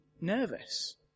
nervous